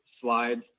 slides